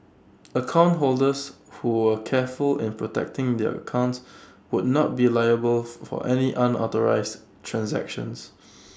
account holders who were careful in protecting their accounts would not be liable for any unauthorised transactions